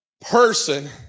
person